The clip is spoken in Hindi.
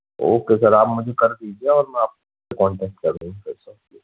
ओके सर आप मुझे कर दीजिए और मैं आपसे कॉन्टैक्ट कर लूँगा